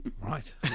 right